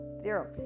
zero